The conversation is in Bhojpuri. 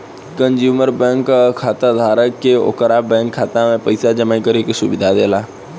कंज्यूमर बैंक खाताधारक के ओकरा बैंक खाता में पइसा जामा करे के सुविधा देला